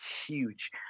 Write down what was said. huge